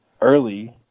early